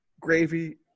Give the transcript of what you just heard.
gravy